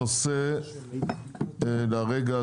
הנושא על סדר היום,